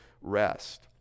rest